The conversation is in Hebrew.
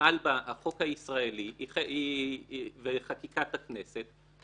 חל בה החוק הישראלי בחקיקת הכנסת,